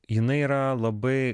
jinai yra labai